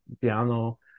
piano